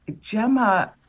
Gemma